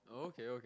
okay okay